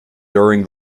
during